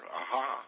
aha